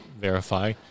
verify